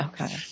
okay